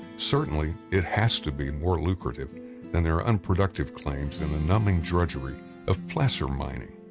certainly, it has to be more lucrative than their unproductive claims and the numbing drudgery of placer mining.